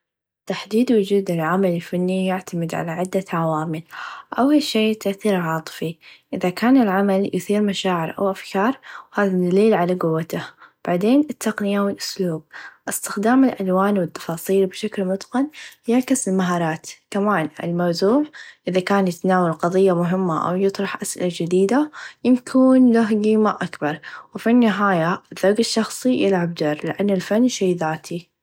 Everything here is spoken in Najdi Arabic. تحديد و جود العمل الفنيه يعتمد على عده عوامل اول شئ التأثيرالعاطفي اذا كان العمل يثير مشاعر او افكارهذا دليل على قوته بعدين التقنيه و الاسلوب استخدام الالوان و التفاصيل بشكل متقن يعكس المهارات كمان الموضوع اذا كان تناول قضيه مهمه او يطرح اسئله جديده ان كون نهجي ما اكبرو و في النهايه الفني الشخصي يلعب دور لأن الفن شئ ذاتي.